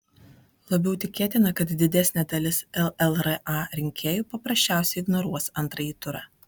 labiau tikėtina kad didesnė dalis llra rinkėjų paprasčiausiai ignoruos antrąjį turą